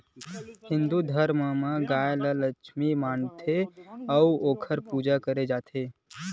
हिंदू धरम म गाय ल लक्छमी माता मानथे अउ ओखर पूजा करे जाथे